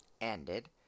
ended